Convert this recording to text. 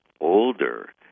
older